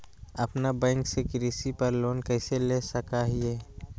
अपना बैंक से कृषि पर लोन कैसे ले सकअ हियई?